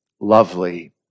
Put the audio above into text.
Lovely